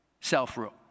self-rule